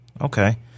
Okay